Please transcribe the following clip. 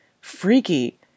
freaky